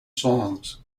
songs